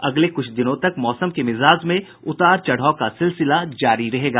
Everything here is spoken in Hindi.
अगले कुछ दिनों तक मौसम के मिजाज में उतार चढाव का सिलसिला जारी रहेगा